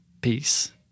Peace